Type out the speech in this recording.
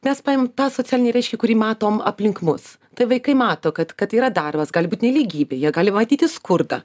mes paimam tą socialinį reiškinį kurį matom aplink mus tai vaikai mato kad kad yra darbas gali būt nelygybė jie gali matyti skurdą